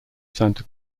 santa